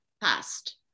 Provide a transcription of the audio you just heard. passed